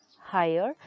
higher